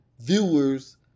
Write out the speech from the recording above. viewers